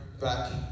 back